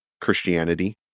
Christianity